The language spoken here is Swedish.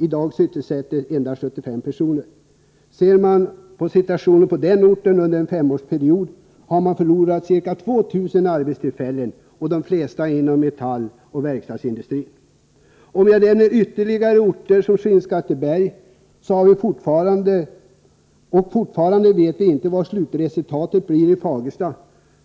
I dag sysselsätts endast 75 personer. Ser man på situationen under en femårsperiod, menar man att denna ort har förlorat 2 000 arbetstillfällen, de flesta inom metalloch verkstadsindustrin. Om jag nämner ytterligare orter som Skinnskatteberg, och att vi fortfarande inte vet vad som blir slutresultatet i Fagersta,